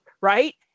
Right